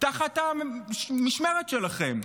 תחת המשמרת שלכם?